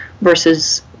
versus